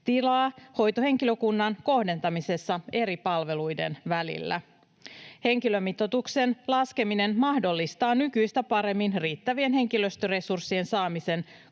hoitohenkilökunnan kohdentamisessa eri palveluiden välillä. Henkilömitoituksen laskeminen mahdollistaa nykyistä paremmin riittävien henkilöstöresurssien saamisen